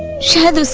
shut the